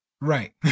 Right